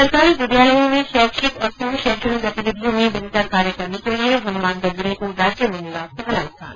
सरकारी विद्यालयों में शैक्षिक और सह शैक्षणिक गतिविधियों में बेहतर कार्य करने के लिए हनुमानगढ जिले को राज्य में मिला पहला स्थान